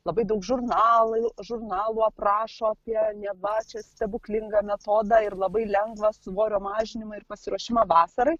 labai daug žurnalai žurnalų aprašo apie elebačių stebuklingą metodą ir labai lengvą svorio mažinimą ir pasiruošimą vasarai